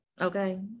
okay